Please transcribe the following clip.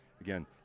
again